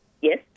yes